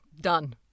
done